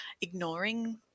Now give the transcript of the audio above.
ignoring